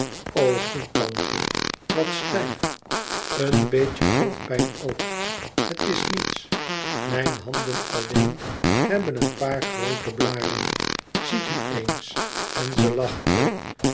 goed tante wat stijf een beetje hoofdpijn ook het is niets mijn handen alleen hebben een paar groote blâren ziet u eens en zij lachte